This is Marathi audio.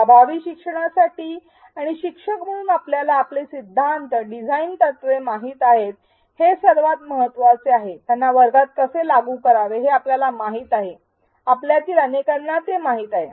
प्रभावी शिक्षणासाठी आणि शिक्षक म्हणून आपल्याला आपले शिक्षण सिद्धांत डिझाइन तत्त्वे माहित आहेत हे सर्वात महत्वाचे आहे त्यांना वर्गात कसे लागू करावे हे आपल्याला माहित आहे आपल्यातील अनेकांना ते माहीत आहे